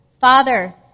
Father